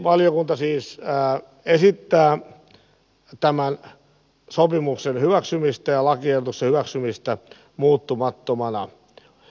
valiokunta siis esittää tämän sopimuksen hyväksymistä ja lakiehdotuksen hyväksymistä muuttamattomana